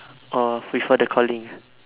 orh before the calling ah